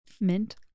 Mint